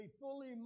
fully